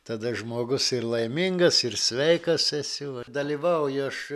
tada žmogus ir laimingas ir sveikas esi ir dalyvauju aš